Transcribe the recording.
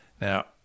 Now